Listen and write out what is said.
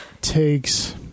takes